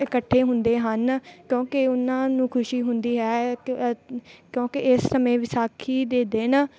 ਇਕੱਠੇ ਹੁੰਦੇ ਹਨ ਕਿਉਂਕਿ ਉਹਨਾਂ ਨੂੰ ਖੁਸ਼ੀ ਹੁੰਦੀ ਹੈ ਕਿ ਹੈ ਕਿਉਂਕਿ ਇਸ ਸਮੇਂ ਵਿਸਾਖੀ ਦੇ ਦਿਨ